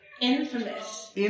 Infamous